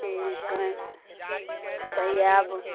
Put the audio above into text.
ठीक हइ तऽ आएब